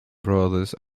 brothers